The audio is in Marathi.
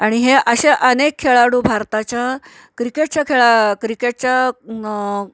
आणि हे असे अनेक खेळाडू भारताच्या क्रिकेटच्या खेळा क्रिकेटच्या